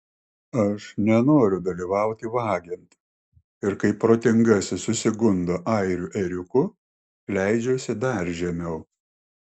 aš nenoriu dalyvauti vagiant ir kai protingasis susigundo airių ėriuku leidžiuosi dar žemiau